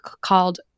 called